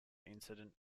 incident